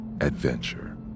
adventure